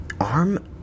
ARM